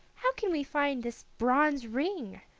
how can we find this bronze ring?